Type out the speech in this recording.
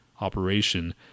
operation